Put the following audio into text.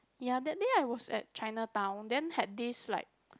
ya that day I was at Chinatown then had this like